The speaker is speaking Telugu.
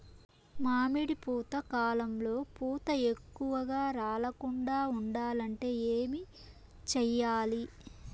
మామిడి పూత కాలంలో పూత ఎక్కువగా రాలకుండా ఉండాలంటే ఏమి చెయ్యాలి?